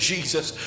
Jesus